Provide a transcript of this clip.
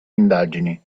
indagini